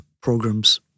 programs